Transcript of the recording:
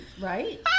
right